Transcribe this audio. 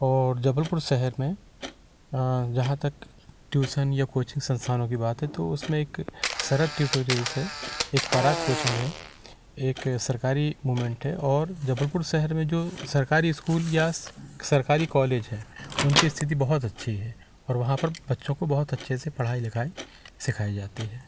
और जबलपुर सहेर में जहाँ तक ट्यूसन या कोचिंग संस्थानों की बात है तो उसमें एक शरद ट्यूटोरियल्स है एक पराग कोचिंग है एक सरकारी मूमेंट है और जबलपुर सहेर में जो सरकारी स्कूल या सरकारी कॉलेज है उनकी स्थिति बहुत अच्छी है और वहाँ पर बच्चों को बहुत अच्छे से पढ़ाई लिखाई सिखाई जाती है